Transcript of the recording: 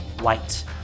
White